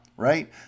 right